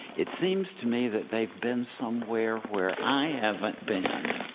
it seems to me that they've been somewhere where i haven't been,